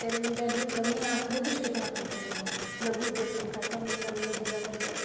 त्याला जी वॅल्यू कमी आहे आपल्या दृष्टिकोनातून झाली आहे लघुउद्योग पण काय कमी न ह्याचा नसतो